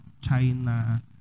China